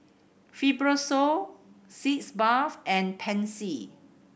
Fibrosol Sitz Bath and Pansy